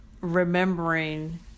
remembering